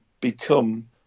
become